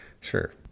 Sure